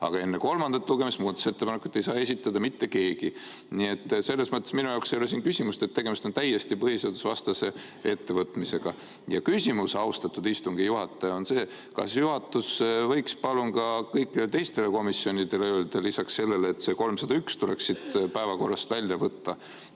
aga enne kolmandat lugemist muudatusettepanekuid ei saa esitada mitte keegi. Nii et selles mõttes minu jaoks ei ole siin küsimust – tegemist on täiesti põhiseadusevastase ettevõtmisega. Ja küsimus, austatud istungi juhataja, on see, kas juhatus võiks kõikidele teistele komisjonidele öelda lisaks sellele, et eelnõu 301 tuleks päevakorrast välja võtta,